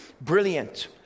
Brilliant